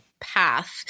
path